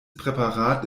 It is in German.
präparat